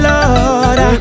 Lord